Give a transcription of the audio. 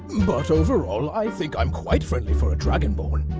but overall, i think i'm quite friendly for a dragonborn!